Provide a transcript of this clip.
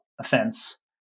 offense